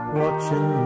watching